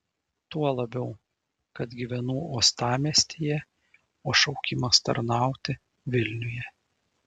tuo labiau kad gyvenu uostamiestyje o šaukimas tarnauti vilniuje